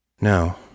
No